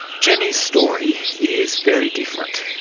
jenny's story is very different.